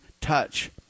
touch